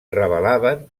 revelaven